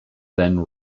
then